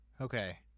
Okay